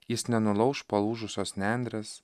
jis nenulauš palūžusios nendrės